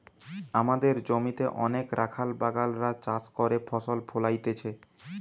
আমদের জমিতে অনেক রাখাল বাগাল রা চাষ করে ফসল ফোলাইতেছে